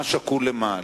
מה שקול למה,